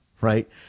right